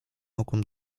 mogłem